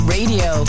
Radio